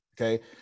okay